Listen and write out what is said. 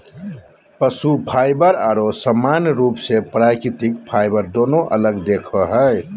पशु फाइबर आरो सामान्य रूप से प्राकृतिक फाइबर दोनों अलग दिखो हइ